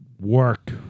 work